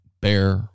bear